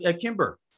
Kimber